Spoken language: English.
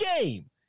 game